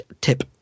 tip